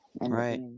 Right